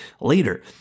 later